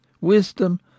wisdom